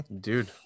Dude